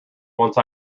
once